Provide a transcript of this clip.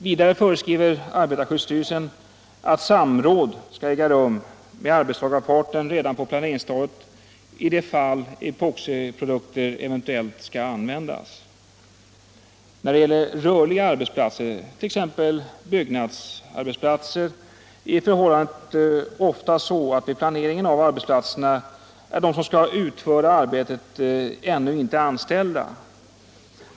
Vidare föreskriver arbetarskyddsstyrelsen att samråd skall äga rum med arbetstagarparten redan på planceringsstadiet i de fall epoxiprodukter cventuellt skall användas. När det gäller rörliga arbetsplatser, t.ex. byggarbetsplatser, är emellertid förhållandet ofta det att vid planeringen de som skall utföra arbetet ännu inte är anställda.